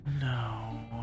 no